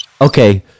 okay